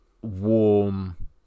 warm